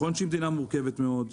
נכון שהיא מדינה מורכבת מאוד,